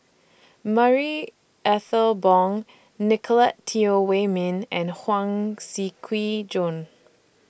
Marie Ethel Bong Nicolette Teo Wei Min and Huang Shiqi Joan